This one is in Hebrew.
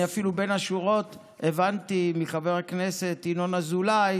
אני אפילו בין השורות הבנתי מחבר הכנסת ינון אזולאי